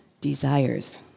desires